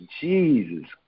Jesus